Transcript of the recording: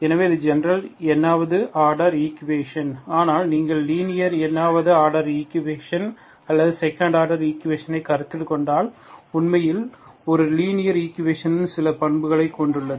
எனவே அது general n ஆவது ஆர்டர் ஈக்குவேஷன் ஆனால் நீங்கள் லீனியர் n ஆவது ஆர்டர் ஈக்குவேஷன் அல்லது செகண்ட் ஆர்டர் ஈக்குவேஷனை கருத்தில் கொண்டால் உண்மையில் இது ஒரு லீனியர் ஈக்குவேஷனின் சில பண்புகளைக் கொண்டுள்ளது